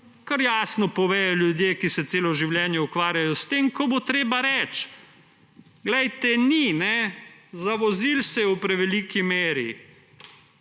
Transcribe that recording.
kar jasno povedo ljudje, ki se celo življenje ukvarjajo s tem, ko bo treba reči: »Glejte, ni, zavozilo se je v preveliki meri,